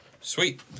Sweet